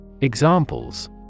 Examples